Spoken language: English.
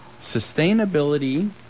Sustainability